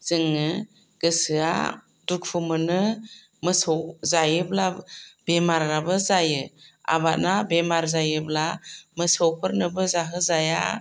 जोङो गोसोआ दुखु मोनो मोसौ जायोब्ला बेमाराबो जायो आबादा बेमार जायोब्ला मोसौफोरनोबो जाहो जाया